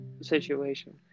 situation